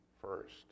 first